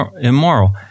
immoral